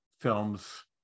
films